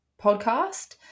podcast